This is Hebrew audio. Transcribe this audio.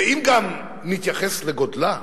ואם גם נתייחס לגודלה,